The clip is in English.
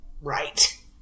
Right